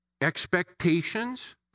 expectations